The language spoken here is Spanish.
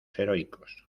heroicos